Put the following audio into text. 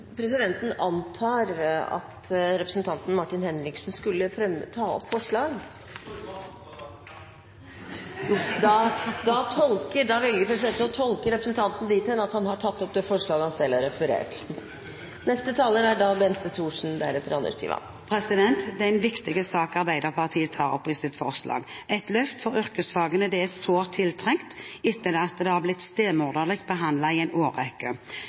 Martin Henriksen skulle ta opp forslagene fra Arbeiderpartiet og Sosialistisk Venstreparti. Det sto i manus, president! Da velger presidenten å tolke representanten dit hen at han har tatt opp de forslagene han har referert til. Det er en viktig sak Arbeiderpartiet tar opp i sitt forslag. Et løft for yrkesfagene er sårt tiltrengt etter at de er stemoderlig behandlet i en årrekke.